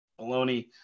baloney